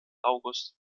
august